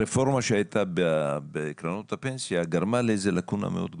הרפורמה שהייתה בקרנות הפנסיה גרמה לאיזה לאקונה מאוד גדולה,